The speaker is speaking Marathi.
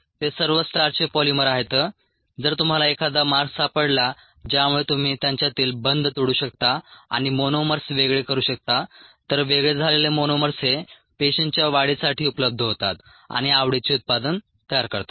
ते सर्व स्टार्चचे पॉलिमर आहेत जर तुम्हाला एखादा मार्ग सापडला ज्यामुळे तुम्ही त्यांच्यातील बंध तोडू शकता आणि मोनोमर्स वेगळे करू शकता तर वेगळे झालेले मोनोमर्स हे पेशींच्या वाढीसाठी उपलब्ध होतात आणि आवडीचे उत्पादन तयार करतात